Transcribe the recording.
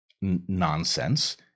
nonsense